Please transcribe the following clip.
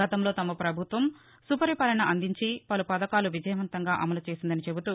గతంలో తమ పభుత్వం సుపరిపాలన అందించి పలు పథకాలను విజయవంతంగా అమలు చేసిందని చెబుతూ